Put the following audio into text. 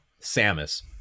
Samus